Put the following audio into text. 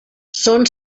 són